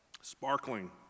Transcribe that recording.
sparkling